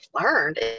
learned